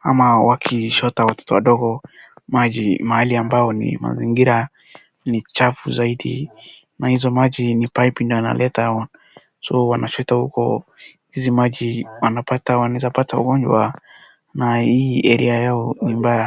ama wakichota watoto wadogo maji mahali ambayo ni mazingira ni chafu zaidi na hizo maji ni paipu ndo inaleta, so wanachota huko hizi maji, wanaweza pata ugonjwa na hii area yao ni mbaya.